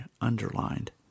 underlined